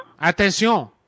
Attention